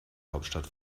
hauptstadt